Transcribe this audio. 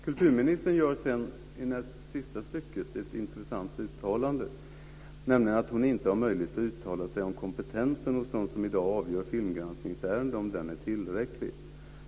Kulturministern gör i näst sista stycket i det skrivna svaret ett intressant uttalande, nämligen att hon inte har möjlighet att uttala sig om kompetensen hos dem som i dag avgör filmgranskningsärenden är tillräcklig.